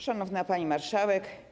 Szanowna Pani Marszałek!